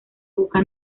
buscan